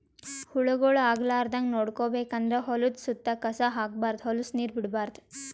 ಹುಳಗೊಳ್ ಆಗಲಾರದಂಗ್ ನೋಡ್ಕೋಬೇಕ್ ಅಂದ್ರ ಹೊಲದ್ದ್ ಸುತ್ತ ಕಸ ಹಾಕ್ಬಾರ್ದ್ ಹೊಲಸ್ ನೀರ್ ಬಿಡ್ಬಾರ್ದ್